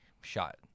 shot